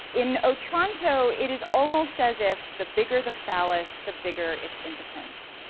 in otranto, it is almost as if, the bigger the phallus, the bigger its impotence.